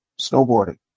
snowboarding